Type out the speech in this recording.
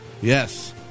Yes